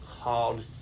called